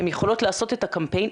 הן יכולות לעשות את הקמפיין,